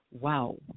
wow